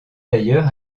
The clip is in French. d’ailleurs